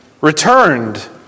returned